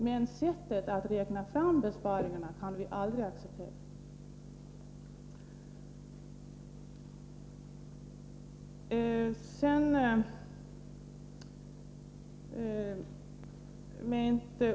Det nuvarande sättet att räkna fram besparingarna kan vi emellertid aldrig acceptera.